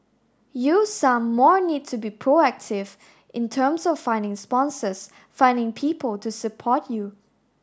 you some more need to be proactive in terms of finding sponsors finding people to support you